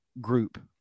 group